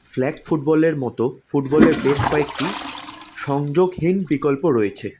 flag ফুটবলের মতো ফুটবলের বেশ কয়েকটি সংযোগহীন বিকল্প রয়েছে